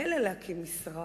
מילא להקים משרד,